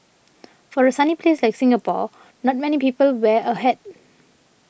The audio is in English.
for a sunny place like Singapore not many people wear a hat